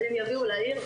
אז אם יביאו לעיר,